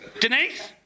Denise